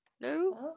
No